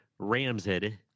Ramshead